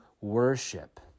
worship